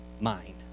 mind